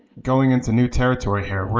going into new territory here.